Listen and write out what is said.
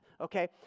Okay